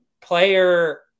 player